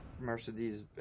Mercedes